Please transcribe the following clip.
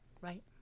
Right